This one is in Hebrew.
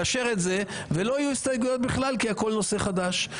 לאשר את זה ולא יהיו הסתייגויות בכלל כי הכול נושא חדש.